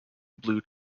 blue